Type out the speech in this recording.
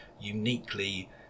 uniquely